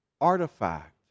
artifact